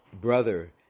brother